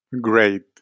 great